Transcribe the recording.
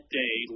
day